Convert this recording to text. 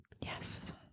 Yes